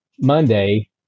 Monday